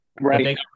Right